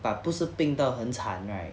but 不是病到很惨 right